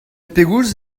pegoulz